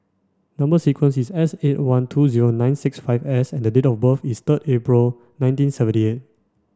number sequence is S eight one two zero nine six five S and date of birth is third April nineteen seventy eight